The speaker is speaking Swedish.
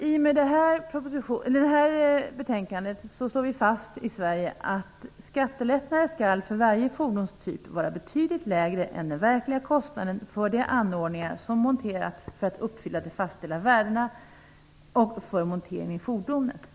I och med det här betänkandet slår vi fast i Sverige att skattelättnaderna skall vara betydligt lägre för varje fordonstyp än den verkliga kostnaden för de anordningar som monterats för att uppfylla fastställda värden och för monteringen i fordonet.